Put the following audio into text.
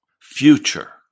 future